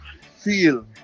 feel